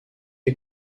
est